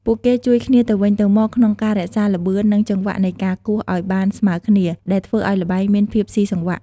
ពួកគេជួយគ្នាទៅវិញទៅមកក្នុងការរក្សាល្បឿន និងចង្វាក់នៃការគោះឲ្យបានស្មើគ្នា ដែលធ្វើឲ្យល្បែងមានភាពស៊ីសង្វាក់។